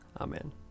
Amen